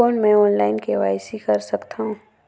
कौन मैं online KYC कर सकथव?